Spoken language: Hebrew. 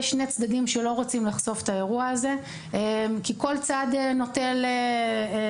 יש שני צדדים שלא רוצים לחשוף את האירוע הזה כי כל צד נוטל באשמה.